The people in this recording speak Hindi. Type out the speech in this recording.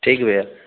ठीक है भैया